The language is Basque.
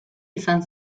izan